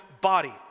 body